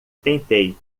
tentei